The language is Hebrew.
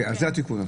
זה עכשיו התיקון.